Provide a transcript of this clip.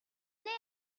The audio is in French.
livre